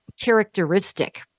characteristic